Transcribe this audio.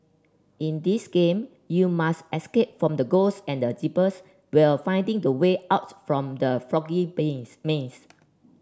in this game you must escape from the ghosts and the while finding the way out from the foggy maze